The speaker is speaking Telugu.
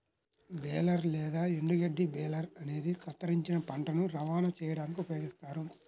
బేలర్ లేదా ఎండుగడ్డి బేలర్ అనేది కత్తిరించిన పంటను రవాణా చేయడానికి ఉపయోగిస్తారు